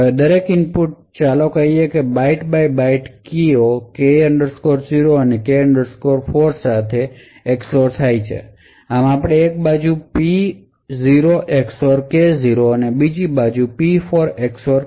હવે આ દરેક ઇનપુટ્સ ચાલો કહીએ કે બાઇટ બાય બાઇટ કીઓ K 0 અને K 4 સાથે xor થાય છે આમ આપણે એક બાજુ P0 XOR K0 અને બીજી બાજુ P4 XOR K4 મેળવીએ છીએ